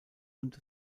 und